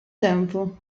tempo